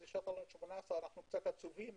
אישרת לנו 18%. אנחנו קצת עצובים,